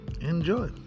enjoy